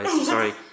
Sorry